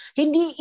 hindi